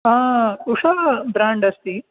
उषा brand अस्ति